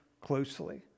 closely